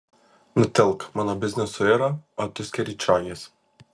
nutilk mano biznis suiro o tu skeryčiojies